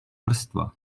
vrstva